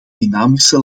dynamische